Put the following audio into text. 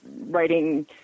writing